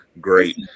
Great